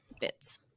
bits